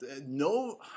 no